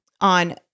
on